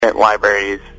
libraries